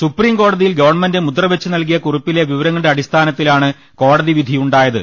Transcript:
സുപ്രീംകോടതിയിൽ ഗവൺമെന്റ് മുദ്രവെച്ചുനൽകിയ കുറിപ്പിലെ വിവരങ്ങളുടെ അടിസ്ഥാനത്തിലാണ് കോടതി വിധി ഉണ്ടായത്